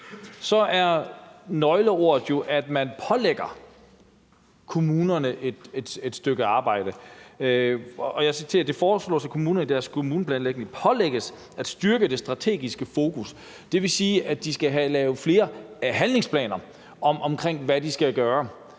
er nøgleordet jo, at man pålægger kommunerne et stykke arbejde, og jeg citerer: »Det foreslås, at kommunerne i deres kommuneplanlægning pålægges at styrke det strategiske fokus ...« Det vil sige, at de skal lave flere handlingsplaner for, hvad de skal gøre.